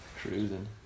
Cruising